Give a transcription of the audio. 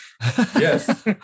Yes